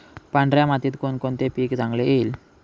पांढऱ्या मातीत कोणकोणते पीक चांगले येईल?